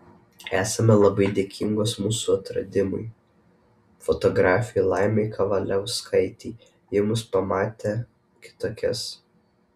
esame labai dėkingos mūsų atradimui fotografei laimai kavaliauskaitei ji mus pamatė kitokias